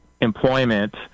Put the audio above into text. employment